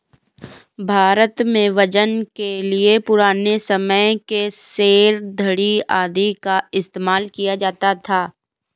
भारत में वजन के लिए पुराने समय के सेर, धडी़ आदि का इस्तेमाल किया जाता था